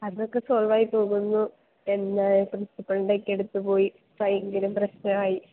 അതൊക്കെ സോള്വായി പോകുന്നു എന്താ പ്രിന്സിപ്പളിന്റെ ഒക്കെ അടുത്ത് പോയി ഭയങ്കരം പ്രശ്നമായി